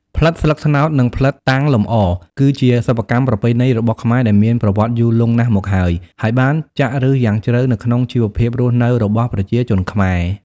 ផ្លិតស្លឹកត្នោត និងផ្លិតតាំងលម្អ គឺជាសិប្បកម្មប្រពៃណីរបស់ខ្មែរដែលមានប្រវត្តិយូរលង់ណាស់មកហើយ ហើយបានចាក់ឫសយ៉ាងជ្រៅនៅក្នុងជីវភាពរស់នៅរបស់ប្រជាជនខ្មែរ។